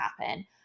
happen